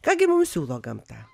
ką gi mums siūlo gamta